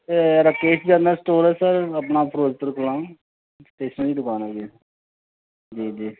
Rakesh general store ਹੈ sir ਆਪਣਾ Firozpur Kalan stationery ਦੀ ਦੁਕਾਨ ਹੈ ਜੀ ਜੀ ਜੀ